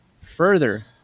further